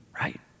right